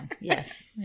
Yes